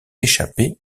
échapper